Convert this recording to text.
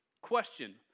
Question